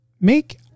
Make